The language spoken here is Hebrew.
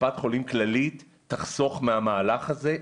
שקופת חולים כללית תחסוך מהמהלך הזה.